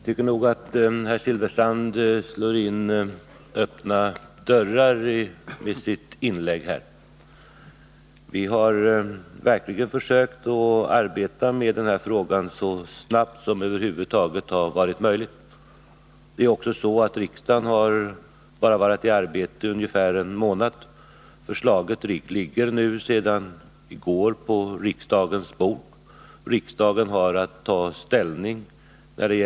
Herr talman! Jag tycker nog att herr Silfverstrand slår in öppna dörrar med sitt inlägg. Vi har verkligen försökt att arbeta med denna fråga så snabbt som det över huvud taget har varit möjligt. Riksdagen har också bara varit i arbete i en ungefär en månad. Förslaget ligger sedan i går på riksdagens bord, och riksdagen har att ta ställning till det.